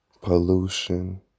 pollution